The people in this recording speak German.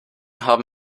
haben